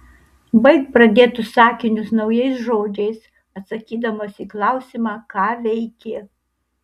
baik pradėtus sakinius naujais žodžiais atsakydamas į klausimą ką veikė